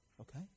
Okay